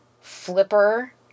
flipper